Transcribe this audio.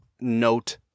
note